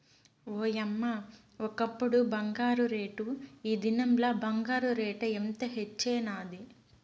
ఓయమ్మ, ఒకప్పుడు బంగారు రేటు, ఈ దినంల బంగారు రేటు ఎంత హెచ్చైనాది